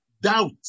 Doubt